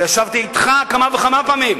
וישבתי אתך כמה וכמה פעמים,